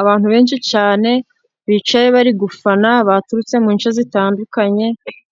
Abantu benshi cyane, bicaye bari gufana, baturutse mu nce zitandukanye,